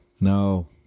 No